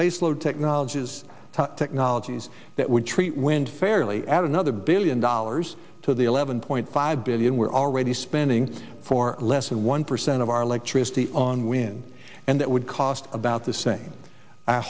base load technology is technologies that would treat wind fairly add another billion dollars to the eleven point five billion we're already spending for less than one percent of our electricity unwin and that would cost about the same